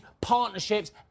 partnerships